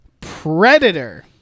Predator